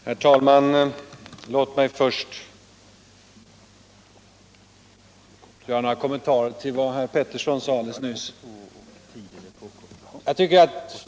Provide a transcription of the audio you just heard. Herr talman! Låt mig först göra några kommentarer till vad herr Peterson i Nacka sade alldeles nyss.